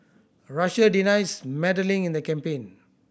Russia denies meddling in the campaign